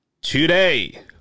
today